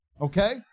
okay